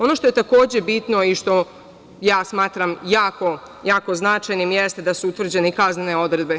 Ono što je takođe bitno i što ja smatram jako značajnim jeste da su utvrđene i kaznene odredbe.